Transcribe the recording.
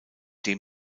dem